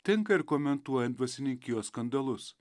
tinka ir komentuojant dvasininkijos skandalus